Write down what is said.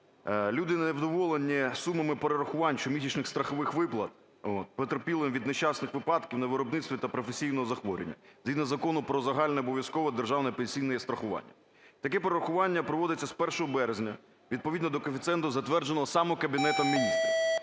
Люди невдоволені сумами перерахувань щомісячних страхових виплат потерпілим від нещасних випадків на виробництві та професійного захворювання. Згідно Закону "Про загальнообов'язкове державне пенсійне страхування" таке перерахування проводиться з 1 березня відповідно до коефіцієнту, затвердженого саме Кабінетом Міністрів.